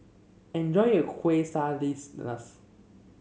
enjoy your Quesadillas